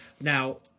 Now